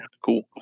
Cool